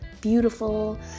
beautiful